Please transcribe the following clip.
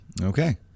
Okay